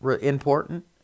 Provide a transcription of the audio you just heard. important